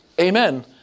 Amen